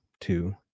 Two